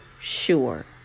sure